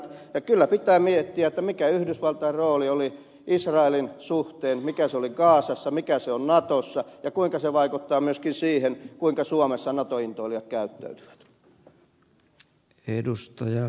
ja kyllä pitää miettiä mikä yhdysvaltain rooli oli israelin suhteen mikä se oli gazassa mikä se on natossa ja kuinka se vaikuttaa myöskin siihen kuinka suomessa nato intoilijat käyttäytyvät